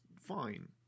fine